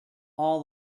all